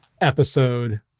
episode